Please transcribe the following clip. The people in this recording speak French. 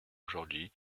aujourd’hui